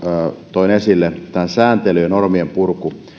toin esille sääntelyn ja normien purkua